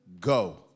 go